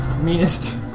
meanest